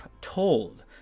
told